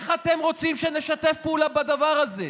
איך אתם רוצים שנשתף פעולה בדבר הזה?